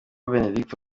benedigito